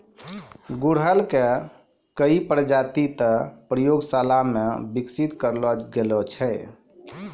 गुड़हल के कई प्रजाति तॅ प्रयोगशाला मॅ विकसित करलो गेलो छै